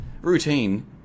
Routine